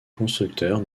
constructeurs